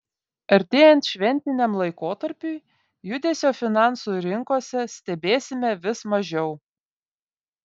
artėjant šventiniam laikotarpiui judesio finansų rinkose stebėsime vis mažiau